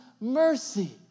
mercy